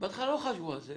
בהתחלה לא חשבו על זה,